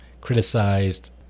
criticized